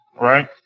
right